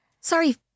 Sorry